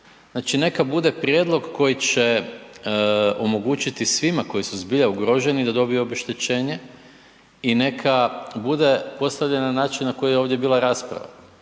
znači neka bude prijedlog koji će omogućiti svima koji su zbilja ugroženi da dobiju obeštećenje i neka bude postavljen na način na koji je ovdje bila rasprava.